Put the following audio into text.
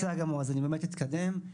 אני אתקדם.